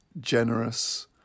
generous